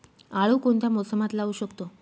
आळू कोणत्या मोसमात लावू शकतो?